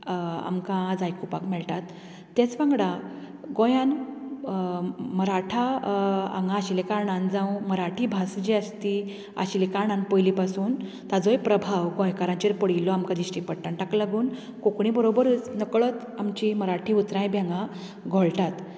आमकां आयज आयकपाक मेळटात तेंच वांगडा गोंयात मराठा हांगा आशिल्ल्या कारणान जावं मराठी भास जी आसा ती आशिल्ली कारणान पयली पासून ताचोय प्रभाव गोंयकारांचेर पडिल्लो आमकां दिश्टी पडटा ताका लागून कोंकणी बरोबरच नकळत आमची मराठी उतरांय बी हांगा घोळटात